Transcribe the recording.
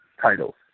titles